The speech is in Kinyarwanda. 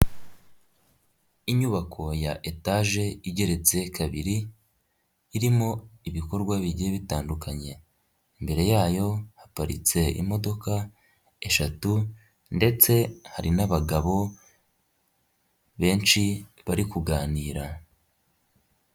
Inyubako ya etaje igeretse kabiri irimo ibikorwa bigiye bitandukanye, imbere yayo haparitse imodoka eshatu ndetse hari n'abagabo benshi bari kuganira.